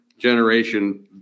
Generation